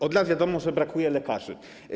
Od lat wiadomo, że brakuje lekarzy.